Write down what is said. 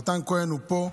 מתן כהן הוא פה,